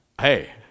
hey